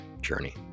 journey